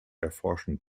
erforschen